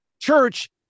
Church